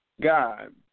God